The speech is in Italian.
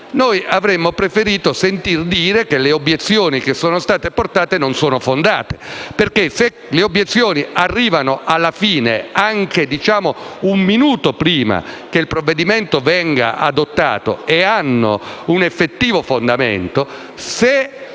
Noi avremmo preferito sentir dire eventualmente che le obiezioni che sono state portate non sono fondate, perché se le obiezioni arrivano alla fine, anche un minuto prima che il provvedimento venga adottato, e hanno un effettivo fondamento, se